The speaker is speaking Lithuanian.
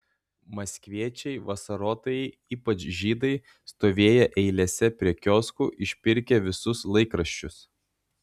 maskviečiai vasarotojai ypač žydai stovėję eilėse prie kioskų išpirkę visus laikraščius